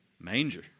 manger